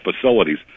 facilities